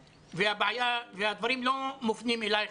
והדברים לא מופנים אליך,